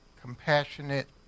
Compassionate